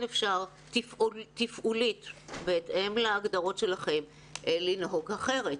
אפשר תפעולית בהתאם להגדרות שלכם לנהוג אחרת?